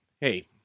Hey